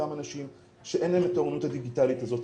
אותם אנשים שאין להם את האוריינות הדיגיטלית הזאת,